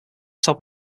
top